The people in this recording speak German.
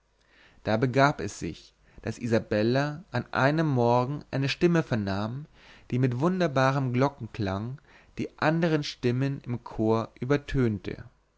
da begab es sich daß isabella an einem morgen eine stimme vernahm die mit wunderbarem glockenklang die andern stimmen im chor übertönte